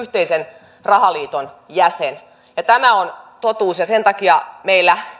yhteisen rahaliiton jäsen tämä on totuus ja sen takia meillä